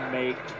make